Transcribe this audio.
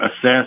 assess